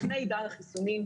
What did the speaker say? לפני גל החיסונים,